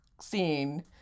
scene